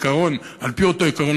על-פי אותו עיקרון,